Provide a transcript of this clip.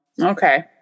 Okay